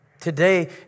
Today